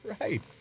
Right